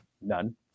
none